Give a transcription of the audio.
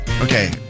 okay